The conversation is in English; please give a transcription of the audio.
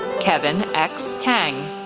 kevin x. tang,